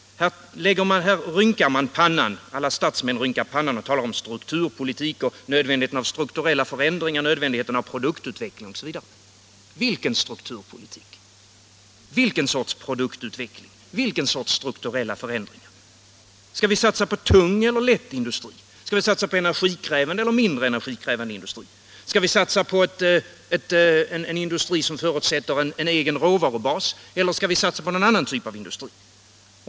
Industriministern rynkar pannan — alla statsmän rynkar pannan — och talar om strukturpolitik och nödvändigheten av strukturella förändringar, nödvändigheten av produktutveckling, osv. Jag frågar: Vilken strukturpolitik? Vilken sorts produktutveckling? Vilken sorts strukturella förändringar? Skall vi satsa på tung eller lätt industri? Skall vi satsa på mer energikrävande eller mindre energikrävande industri? Skall vi satsa på en industri som förutsätter en egen råvarubas eller skall vi satsa på någon annan typ av industri?